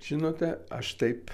žinote aš taip